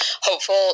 hopeful